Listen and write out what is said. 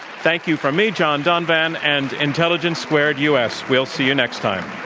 thank you from me, john donvan and intelligence squared u. s. we'll see you next time.